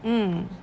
mm